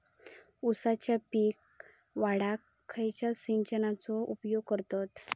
ऊसाचा पीक वाढाक खयच्या सिंचनाचो उपयोग करतत?